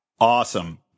Awesome